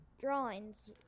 drawings